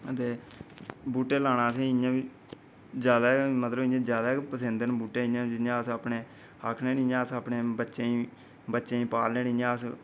ते बूह्टे लाना असेंगी इ'यां बी ज्यादा गै पसंद न मतलव जि'यां अस आखने अस अपने बच्चें गी पालने जि'यां अस